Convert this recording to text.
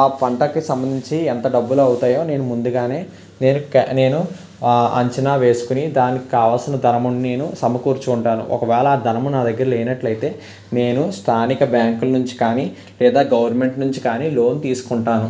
ఆ పంటకు సంబంధించి ఎంత డబ్బులు అవుతాయో నేను ముందుగానే నేను నేను అంచనా వేసుకుని దానికి కావలసిన ధనముని నేను సమకూర్చుంటాను ఒకవేళ ఆ ధనము నా దగ్గర లేనట్లయితే నేను స్థానిక బ్యాంకులు నుంచి కానీ లేదా గవర్నమెంట్ నుంచి కానీ లోన్ తీసుకుంటాను